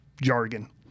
jargon